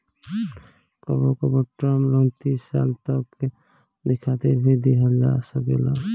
कबो कबो term loan तीस साल तक के अवधि खातिर भी दीहल जा सकेला